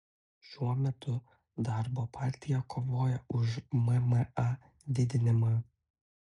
šiuo metu darbo partija kovoja už mma didinimą